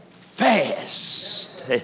fast